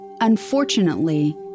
Unfortunately